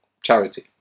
charity